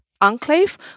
enclave